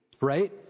Right